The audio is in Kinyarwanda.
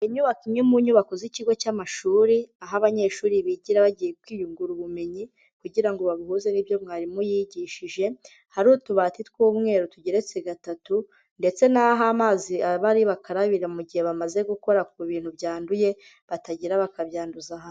Inyubako imwe mu nyubako z'ikigo cy'amashuri, aho abanyeshuri bigira bagiye kwiyungura ubumenyi kugira ngo babuhuze n'ibyo mwarimu yigishije, hari utubati tw'umweru tugeretse gatatu ndetse n'aho amazi aba ari bakarabira mu gihe bamaze gukora ku bintu byanduye, batagira bakabyanduza aha...